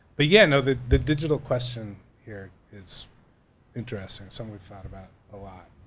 but yeah you know the the digital question here is interesting something we've thought about, a lot.